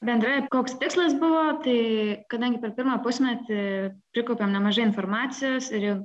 bendrai koks tikslas buvo tai kadangi per pirmą pusmetį prikaupėm nemažai informacijos ir